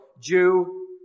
Jew